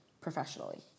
professionally